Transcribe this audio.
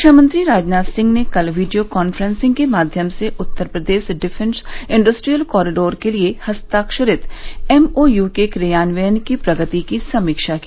रक्षामंत्री राजनाथ सिंह ने कल वीडियो कांफ्रेंसिंग के माध्यम से Uttar Pradesh defence industrial corridor के लिये हस्ताक्षरित एमओयू के क्रियान्वयन की प्रगति की समीक्षा की